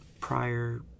prior